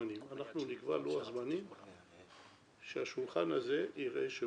אנחנו נקבע לוח זמנים שהשולחן הזה יראה שהוא הגיוני,